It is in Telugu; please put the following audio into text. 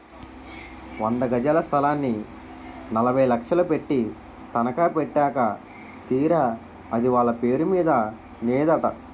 వంద గజాల స్థలాన్ని నలభై లక్షలు పెట్టి తనఖా పెట్టాక తీరా అది వాళ్ళ పేరు మీద నేదట